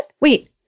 Wait